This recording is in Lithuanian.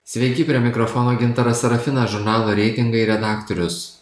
sveiki prie mikrofono gintaras serafinas žurnalo reitingai redaktorius